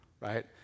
right